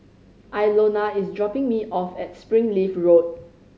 Ilona is dropping me off at Springleaf Road